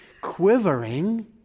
quivering